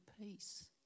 peace